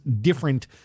different